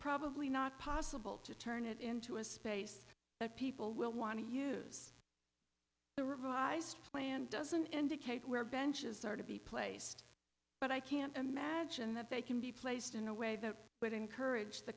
probably not possible to turn it into a space that people will want to use the revised plan doesn't indicate where benches are to be placed but i can't imagine that they can be placed in a way that would encourage the